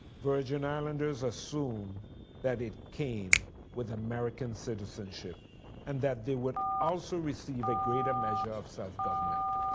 virgin islandsers assume that it came with american citizenship and that they would also receive a greater measure self government.